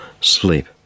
sleep